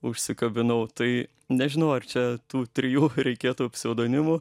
užsikabinau tai nežinau ar čia tų trijų reikėtų pseudonimų